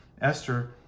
Esther